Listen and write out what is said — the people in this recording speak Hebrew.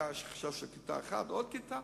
היה חשש לכיתה אחת ולעוד כיתה,